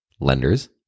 lenders